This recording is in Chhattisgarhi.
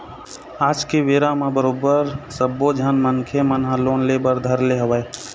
आज के बेरा म बरोबर सब्बो झन मनखे मन ह लोन ले बर धर ले हवय